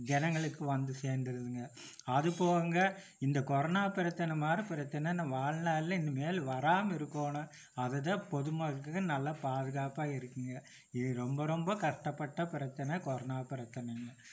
ஜனங்களுக்கு வந்து சேர்ந்துருதுங்க அது போக இந்த கொரோனா பிரச்சனை மாரி பிரச்சனை நான் வாழ்நாளிலே இனிமேல் வராமல் இருக்கணும் அது தான் பொதுமக்களுக்கு நல்ல பாதுகாப்பாக இருக்குங்க இது ரொம்ப ரொம்ப கஷ்டப்பட்ட பிரச்சனை கொரோனா பிரச்சினைங்க